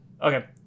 Okay